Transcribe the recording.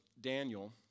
Daniel